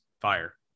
fire